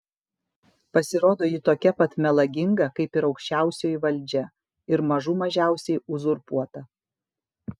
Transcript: pasirodo ji tokia pat melaginga kaip ir aukščiausioji valdžia ir mažų mažiausiai uzurpuota